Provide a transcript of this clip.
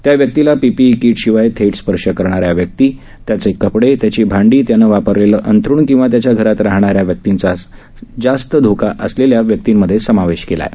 त्या व्यक्तीला PPE kit शिवाय थेट स्पर्श करणाऱ्या व्यक्ती त्याचे कपडे त्याची भांडी त्याने वापरलेले अंथरुण किंवा त्याच्या घरात राहणाऱ्या व्यक्तींचा समावेश जास्त धोका असलेल्या व्यक्तींमध्ये करण्यात आला आहे